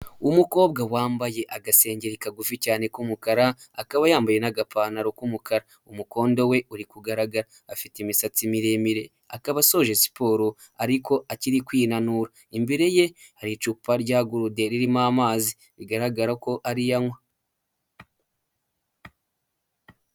Umu umukobwa wambaye agasengeri kagufi cyane k'umukara akaba yambaye n'agapantaro k'umukara, umukondo we uri kugaragara afite imisatsi miremire akaba asoje siporo ariko akiri kwinanura, imbere ye hari icupa rya gurude ririmo amazi bigaragara ko ariyo anywa.